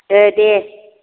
ए दे